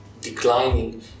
declining